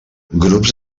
grups